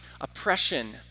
oppression